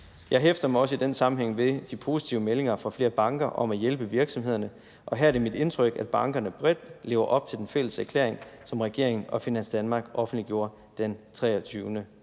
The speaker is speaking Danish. Jeg hæfter mig også i den sammenhæng ved de positive meldinger fra flere banker om at hjælpe virksomhederne, og her er det mit indtryk, at bankerne bredt lever op til den fælles erklæring, som regeringen og Finans Danmark offentliggjorde den 23.